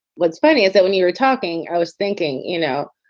what's funny is that when you were talking, i was thinking, you know,